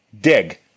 Dig